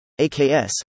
AKS